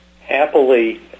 happily